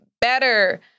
better